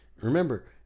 remember